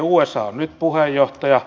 usa on nyt puheenjohtaja